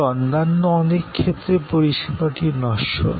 তবে অন্যান্য অনেক ক্ষেত্রে পরিষেবাটি নশ্বর